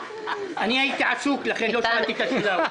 אני הייתי עסוק, לכן לא שאלתי את השאלה...